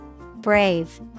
Brave